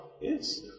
Yes